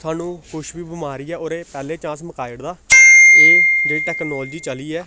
थुहानूं कुछ बी बमारी ऐ ओह्दे पैह्लें चांस मकाई ओड़दा एह् जेह्ड़ी टैक्नालोजी चली ऐ